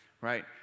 right